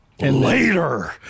later